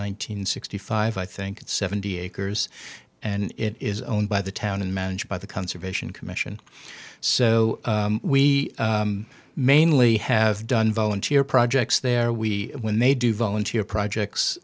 and sixty five i think it's seventy acres and it is owned by the town and managed by the conservation commission so we mainly have done volunteer projects there we when they do volunteer projects